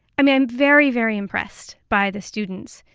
i'm i'm very, very impressed by the students.